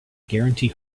guarantee